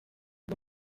est